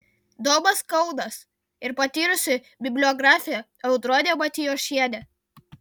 domas kaunas ir patyrusi bibliografė audronė matijošienė